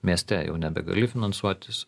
mieste jau nebegali finansuotis